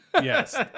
Yes